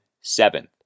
seventh